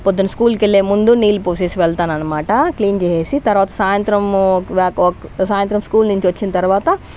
పొద్దున స్కూల్కి వెళ్లే ముందు నీళ్లు పోసేసి వెళ్తాను అనమాట క్లీన్ చేసేసి తర్వాత సాయంత్రము ఒక సాయంత్రం స్కూల్ నుంచి వచ్చిన తర్వాత